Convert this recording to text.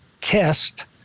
test